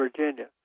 Virginia